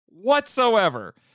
whatsoever